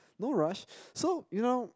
no rush so you know